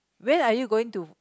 when are you going to